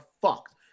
fucked